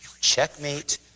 Checkmate